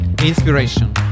Inspiration